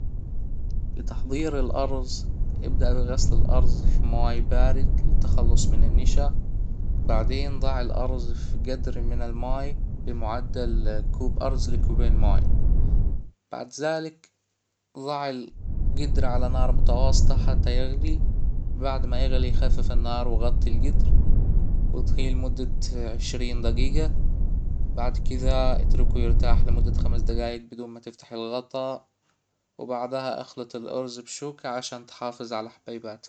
لتحضير الأرز ابدأ بغسل الأرز فى مواي بارد للتخلص من النشا بعدين ضع الارز في جدر من الماي بمعدل كوب ارز لكوبين ماي بعد ذلك ضع الجدر على نار متوسطة حتى يغلي بعد ما يغلي خفف النار وغطي الجدر وإطهيه لمدة عشرين دجيجه بعد كذا إتركه يرتاح لمدة خمس دقايق بدون ما تفتح الغطا وبعدها إخلط الارز بشوكة عشان تحافظ على حبيباتها